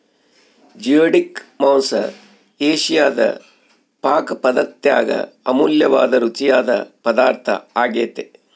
geoduck ಮಾಂಸ ಏಷಿಯಾದ ಪಾಕಪದ್ದತ್ಯಾಗ ಅಮೂಲ್ಯವಾದ ರುಚಿಯಾದ ಪದಾರ್ಥ ಆಗ್ಯೆತೆ